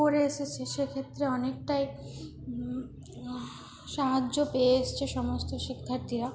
করে এসেছে সেক্ষেত্রে অনেকটাই সাহায্য পেয়ে এসেছে সমস্ত শিক্ষার্থীরা